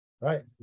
Right